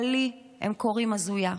אבל לי הם קוראים "הזויה".